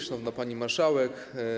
Szanowna Pani Marszałek!